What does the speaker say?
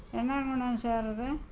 எந்நேரம் கொண்டாந்து சேர்றது